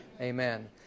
Amen